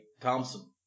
Thompson